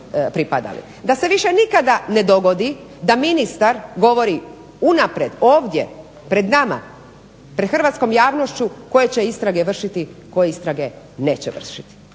da se više nikada ne dogodi da ministar govori unaprijed ovdje, pred nama pred Hrvatskom javnošću koje će istrage vršiti a koje neće vršiti.